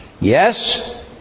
yes